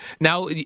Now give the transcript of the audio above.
Now